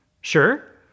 Sure